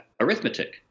arithmetic